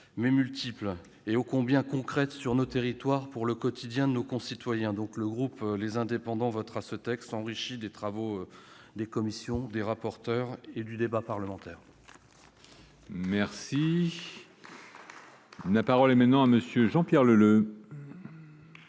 mais multiples et ô combien concrètes sur nos territoires pour le quotidien de nos concitoyens. Le groupe Les Indépendants votera ce texte enrichi par les travaux des commissions et des rapporteurs ainsi que par le débat parlementaire. La parole est à M. Jean-Pierre Leleux.